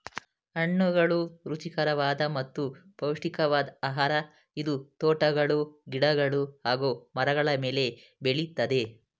ಹಣ್ಣುಗಳು ರುಚಿಕರವಾದ ಮತ್ತು ಪೌಷ್ಟಿಕವಾದ್ ಆಹಾರ ಇದು ತೋಟಗಳು ಗಿಡಗಳು ಹಾಗೂ ಮರಗಳ ಮೇಲೆ ಬೆಳಿತದೆ